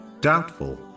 doubtful